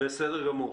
בסדר גמור.